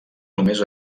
només